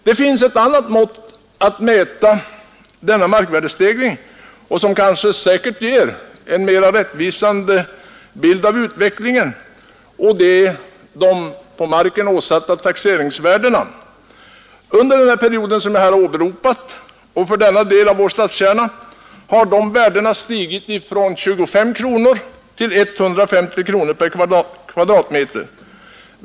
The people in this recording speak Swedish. Det finns ett annat mått att mäta denna markvärdestegring och som säkert ger en mera rättvisande bild av utvecklingen, nämligen taxeringsvärdena på mark. Under den period jag här åberopat har dessa värden för denna del av vår stadskärna stigit från 25 kronor till 150 kronor per kvadratmeter.